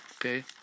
okay